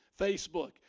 Facebook